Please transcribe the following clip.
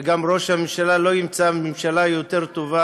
וגם ראש ממשלה לא ימצא ממשלה יותר טובה